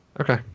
Okay